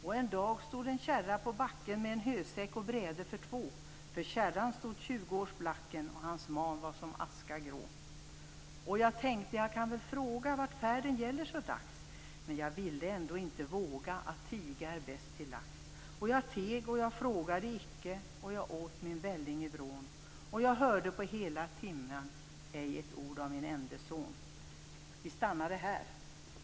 Och en dag stod en kärra på backen, med en hösäck och bräde för två, och för kärran stod tjuguårs Blacken, och hans man var som aska grå. Och jag tänkte, jag kan väl fråga, vart färden gäller så dags, men jag ville ändå inte våga - att tiga är bäst till lags, och jag teg och jag frågade icke, och jag åt min välling i vrån, och jag hörde på hela timmen ej ett ord av min ende son. Vi stannade här.